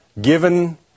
given